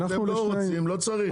אתם לא רוצים, לא צריך.